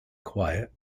quiet